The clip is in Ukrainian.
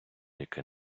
яке